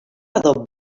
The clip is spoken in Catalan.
adob